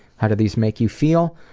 how do these make you feel?